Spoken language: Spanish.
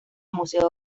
museo